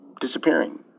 disappearing